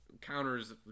counters